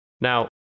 Now